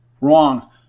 Wrong